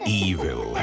evil